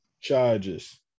Charges